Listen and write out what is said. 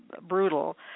brutal